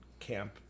camp